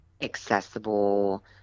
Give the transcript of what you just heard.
accessible